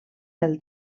pel